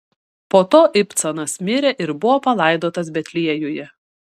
po to ibcanas mirė ir buvo palaidotas betliejuje